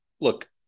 look